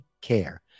care